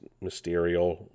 mysterious